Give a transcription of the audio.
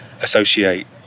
associate